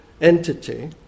entity